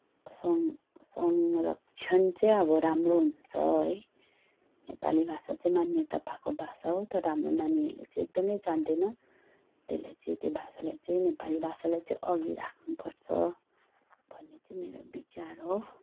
सन संरक्षण चाहिँ अब राम्रो हुन्छ है नेपाली भाषा चाहिँ मान्यता पाएको भाषा हो तर हाम्रो नानीहरूले चाहिँ एकदमै जान्दैन त्यसलाई चाहिँ त्यो भाषालाई चाहिँ नेपाली भाषालाई चाहिँ अघि राख्नुपर्छ भन्ने चाहिँ मेरो विचार हो